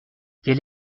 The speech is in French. quel